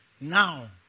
Now